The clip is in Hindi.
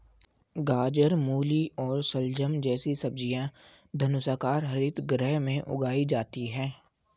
गाजर, मूली और शलजम जैसी सब्जियां धनुषाकार हरित गृह में उगाई जाती हैं